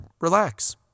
relax